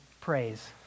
praise